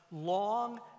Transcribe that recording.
long